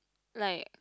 like